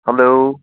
hello